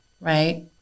Right